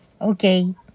Okay